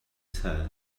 said